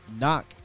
knock